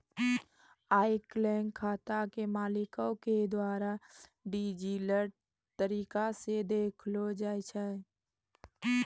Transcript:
आइ काल्हि खाता के मालिको के द्वारा डिजिटल तरिका से देखलो जाय छै